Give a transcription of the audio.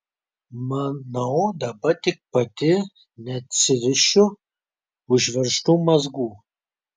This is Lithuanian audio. manau dabar tik pati neatsirišiu užveržtų mazgų